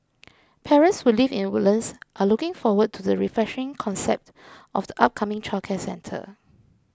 parents who live in Woodlands are looking forward to the refreshing concept of the upcoming childcare centre